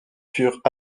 furent